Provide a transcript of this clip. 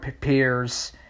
peers